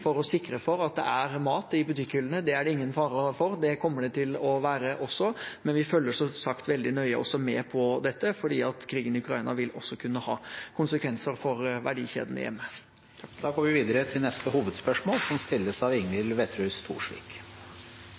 for å sikre at det er mat i butikkhyllene. Det er det ingen fare for; det kommer det til å være. Men vi følger som sagt veldig nøye med på dette, for krigen i Ukraina vil også kunne ha konsekvenser for verdikjedene hjemme. Da går vi videre til neste hovedspørsmål.